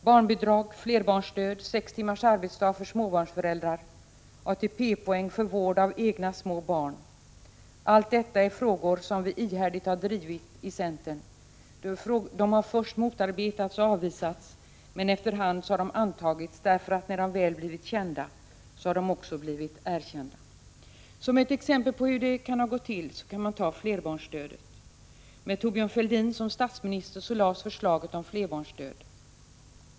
Barnbidrag, flerbarnsstöd, sex timmars arbetsdag för småbarnsföräldrar, ATP-poäng för vård av egna små barn — allt detta är frågor som vi ihärdigt har drivit. Förslagen har först motarbetats och avvisats, men efter hand har de antagits, därför att de när de väl har blivit kända också har blivit erkända. Som ett exempel på hur det har gått till kan jag ta flerbarnsstödet. Med Thorbjörn Fälldin som statsminister framlades förslaget om flerbarnsstöd.